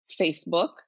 Facebook